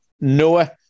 Noah